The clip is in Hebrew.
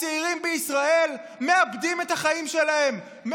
הצעירים בישראל מאבדים את החיים שלהם,